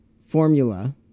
formula